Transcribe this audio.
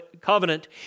covenant